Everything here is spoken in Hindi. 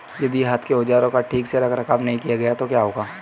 यदि हाथ के औजारों का ठीक से रखरखाव नहीं किया गया तो क्या होगा?